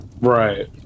Right